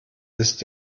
ist